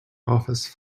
office